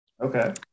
okay